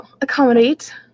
accommodate